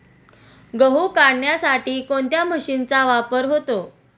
गहू काढण्यासाठी कोणत्या मशीनचा वापर होतो?